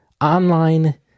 online